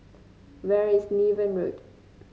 where is Niven Road